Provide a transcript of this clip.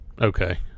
Okay